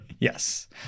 yes